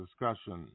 discussion